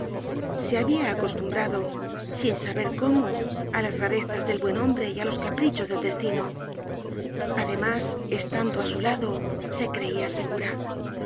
se habia acostumbrado sin saber cómo á las rarezas del buen hombre y á los caprichos del destino además estando á su lado se creia segura